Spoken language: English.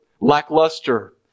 lackluster